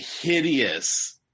hideous